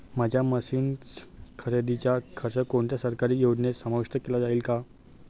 माझ्या मशीन्स खरेदीचा खर्च कोणत्या सरकारी योजनेत समाविष्ट केला जाईल का?